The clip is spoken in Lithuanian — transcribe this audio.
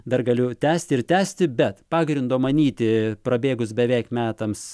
dar galiu tęsti ir tęsti bet pagrindo manyti prabėgus beveik metams